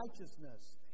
righteousness